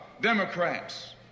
Democrats